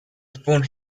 spoon